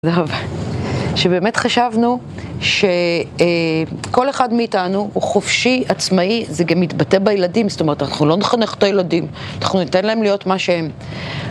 שבאמת חשבנו שכל אחד מאיתנו הוא חופשי, עצמאי, זה גם מתבטא בילדים, זאת אומרת אנחנו לא נחנך את הילדים, אנחנו ניתן להם להיות מה שהם.